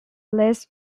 less